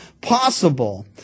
possible